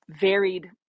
varied